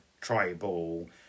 tribal